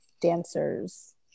dancers